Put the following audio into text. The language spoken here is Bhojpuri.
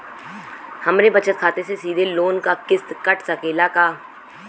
हमरे बचत खाते से सीधे लोन क किस्त कट सकेला का?